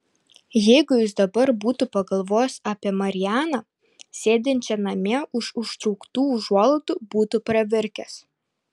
jeigu jis dabar būtų pagalvojęs apie marianą sėdinčią namie už užtrauktų užuolaidų būtų pravirkęs